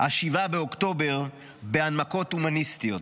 7 באוקטובר בהנמקות הומניסטיות.